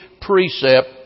precept